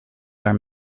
are